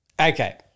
okay